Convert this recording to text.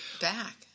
back